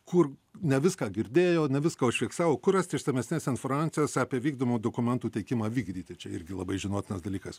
kur ne viską girdėjo ne viską užfiksavo kur rasti išsamesnės informacijos apie vykdomųjų dokumentų teikimą vykdyti čia irgi labai žinotinas dalykas